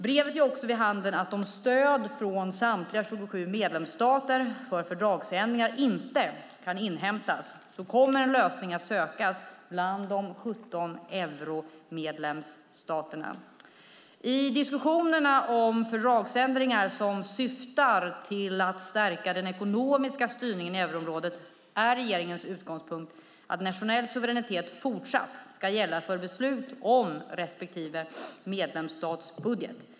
Brevet ger också vid handen att om stöd från samtliga 27 medlemsstater för fördragsändringar inte kan inhämtas kommer en lösning att sökas bland de 17 euromedlemsstaterna. I diskussionerna om fördragsändringar som syftar till att stärka den ekonomiska styrningen i euroområdet är regeringens utgångspunkt att nationell suveränitet fortsatt ska gälla för beslut om respektive medlemsstats budget.